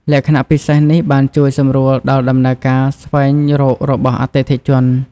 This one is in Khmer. លក្ខណៈពិសេសនេះបានជួយសម្រួលដល់ដំណើរការស្វែងរករបស់អតិថិជន។